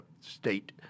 state